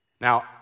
Now